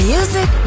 Music